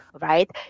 right